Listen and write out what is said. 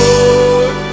Lord